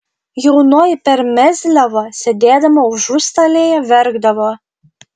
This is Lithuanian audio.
jaunoji per mezliavą sėdėdama užustalėje verkdavo